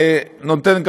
ואני נותן לך,